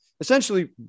essentially